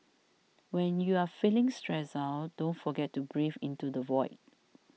when you are feeling stressed out don't forget to breathe into the void